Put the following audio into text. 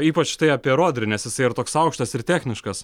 ypač tai apie rodrį nes jisai ir toks aukštas ir techniškas